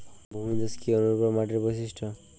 ভূমিধস কি অনুর্বর মাটির বৈশিষ্ট্য?